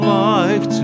life